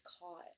caught